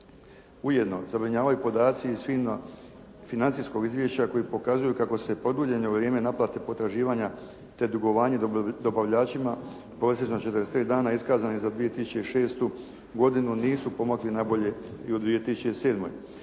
Ujedno zabrinjavaju podaci iz financijskog izvješća koji pokazuju kako se produljeno vrijeme naplate potraživanje, te dugovanje dobavljačima prosječno 43 dana iskazani za 2006. godinu nisu pomakli nabolje i u 2007.